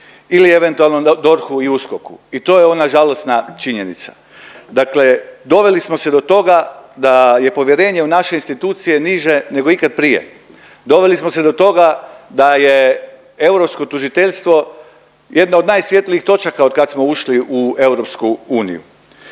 ili eventualno DORH-u i USKOK-u i to je ona žalosna činjenica. Dakle doveli smo se do toga da je povjerenje u naše institucije niže nego ikad prije, doveli smo se do toga da je europsko tužiteljstvo jedno od najsvjetlijih točaka otkad smo ušli u EU.